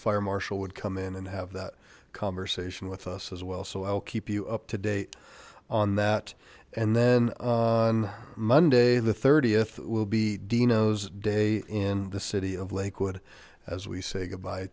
fire marshal would come in and have that conversation with us as well so i'll keep you up to date on that and then on monday the th will be dino's day in the city of lakewood as we say goodbye